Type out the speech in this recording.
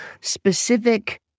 specific